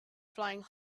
flying